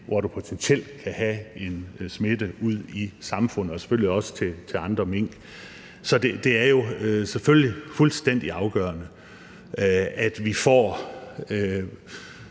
altså potentielt kan smitte ud i samfundet og selvfølgelig også til andre mink, så det er selvfølgelig fuldstændig afgørende, at vi gør